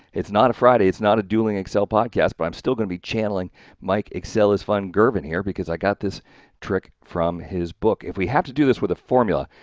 it's not a friday, it's not a dueling excel podcast, but i'm still gonna be channeling mike excel is fun girvin here because i got this trick from his book. if we have to do this with a formula,